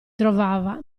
trovava